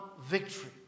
victory